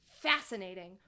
fascinating